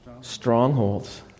Strongholds